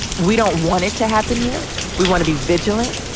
we don't want it to happen here. we want to be vigilant.